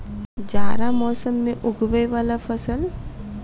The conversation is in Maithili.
जाड़ा मौसम मे उगवय वला फसल?